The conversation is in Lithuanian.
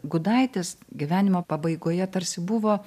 gudaitis gyvenimo pabaigoje tarsi buvo